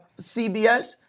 CBS